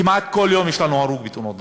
כמעט כל יום יש לנו הרוג בתאונות דרכים.